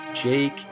Jake